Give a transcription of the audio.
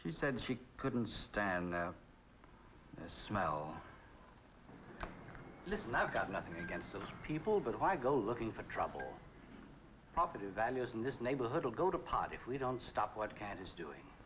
she said she couldn't stand the smell listen i've got nothing against those people but why go looking for trouble property values in this neighborhood will go to pot if we don't stop what can is doing